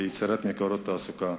ליצירת מקורות תעסוקה,